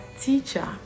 teacher